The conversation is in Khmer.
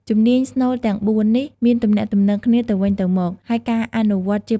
ជំនាញស្នូលទាំងបួននេះមានទំនាក់ទំនងគ្នាទៅវិញទៅមក ហើយការអនុវត្តជាប្រចាំនឹងជួយពង្រឹងសមត្ថភាពភាសារបស់យើងឱ្យកាន់តែមានប្រសិទ្ធភាព។